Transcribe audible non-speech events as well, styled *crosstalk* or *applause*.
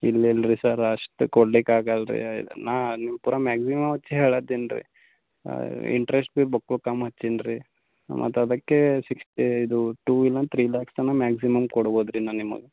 ಇಲ್ಲಿ ಇಲ್ಲರಿ ಸರ್ ಅಷ್ಟು ಕೊಡ್ಲಿಕ್ಕೆ ಆಗಲ್ರಿ ನಾನು ನೀವು ಪೂರ ಮ್ಯಾಕ್ಸಿಮಮ್ ಹಚ್ಚಿ ಹೇಳಾತ್ತೀನಿ ರೀ ಇಂಟ್ರೆಸ್ಟ್ *unintelligible* ಮತ್ತು ಅದಕ್ಕೆ ಸಿಕ್ಸ್ ಇದು ಟೂ ಇಲ್ಲ ತ್ರೀ ಲ್ಯಾಕ್ ತನಕ ಮ್ಯಾಕ್ಸಿಮಮ್ ಕೊಡ್ಬೋದು ರೀ ನಾನು ನಿಮಗೆ